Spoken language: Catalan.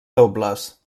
dobles